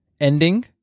ending